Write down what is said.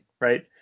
right